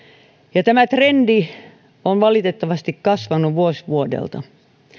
ja tämä trendi on valitettavasti kasvanut vuosi vuodelta